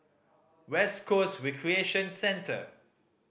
West Coast Recreation Centre